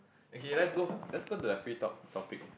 okay let's go let's go to the free top topic